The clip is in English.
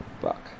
fuck